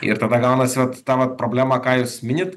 ir tada gaunasi vat ta vat problema ką jūs minit